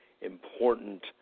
important